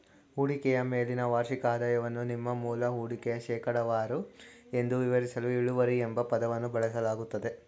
ಹೂಡಿಕೆಯ ಮೇಲಿನ ವಾರ್ಷಿಕ ಆದಾಯವನ್ನು ನಿಮ್ಮ ಮೂಲ ಹೂಡಿಕೆಯ ಶೇಕಡವಾರು ಎಂದು ವಿವರಿಸಲು ಇಳುವರಿ ಎಂಬ ಪದವನ್ನು ಬಳಸಲಾಗುತ್ತೆ